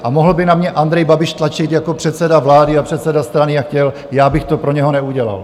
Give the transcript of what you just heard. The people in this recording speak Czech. A mohl by na mě Andrej Babiš tlačit jako předseda vlády a předseda strany, jak chtěl, já bych to pro něho neudělal.